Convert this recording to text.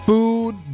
Food